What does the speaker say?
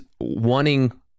wanting